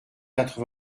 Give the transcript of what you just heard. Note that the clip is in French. quatre